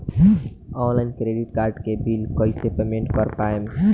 Online credit card के bill कइसे payment कर पाएम?